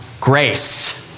Grace